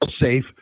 safe